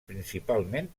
principalment